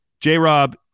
J-Rob